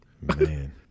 Man